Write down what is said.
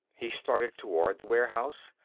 he started toward the warehouse.